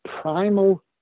primal